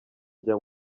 ajya